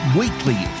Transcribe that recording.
weekly